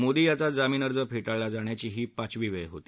मोदी यांचा जामीन अर्ज फेटाळला जाण्याची ही पाचवी वेळ होती